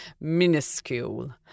minuscule